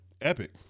Epic